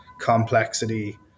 complexity